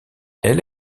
elle